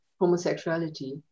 homosexuality